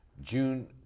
June